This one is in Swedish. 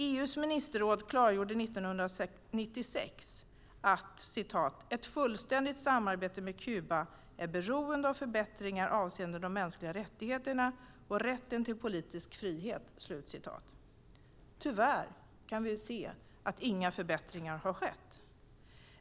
EU:s ministerråd klargjorde 1996 att "ett fullständigt samarbete med Kuba är beroende av förbättringar avseende de mänskliga rättigheterna och rätten till politisk frihet". Tyvärr kan vi se att inga förbättringar har skett.